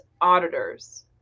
auditors